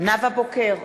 נאוה בוקר,